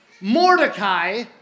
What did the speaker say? Mordecai